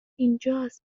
اینجاست